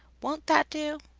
won't that do?